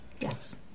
yes